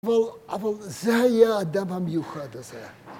‫אבל זה היה האדם המיוחד הזה